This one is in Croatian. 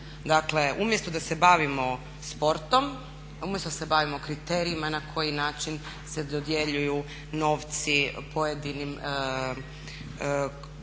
Dakle umjesto da se bavimo sportom, umjesto da se bavimo kriterijima na koji način se dodjeljuju novci pojedinim sportovima